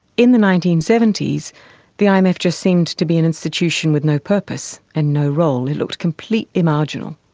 in the nineteen seventy s the um imf just seems to be an institution with no purpose, and no role it looked completely marginal.